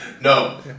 No